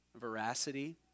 veracity